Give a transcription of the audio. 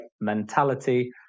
mentality